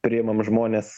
priimam žmones